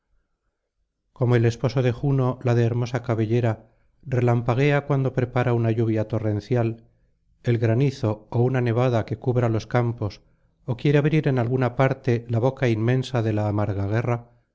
como el esposo de juno la de hermosa cabellera relampaguea cuando prepara una lluvia torrencial el granizo ó una nevada que cubra los campos ó quiere abrir en alguna parte la boca inmensa de la amarga guerra